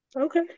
Okay